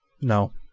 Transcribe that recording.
No